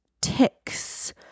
ticks